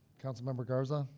councilmember garza.